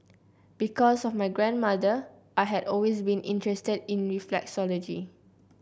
because of my grandmother I had always been interested in reflexology